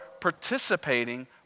participating